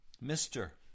Mister